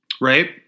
right